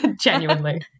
Genuinely